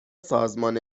سازمان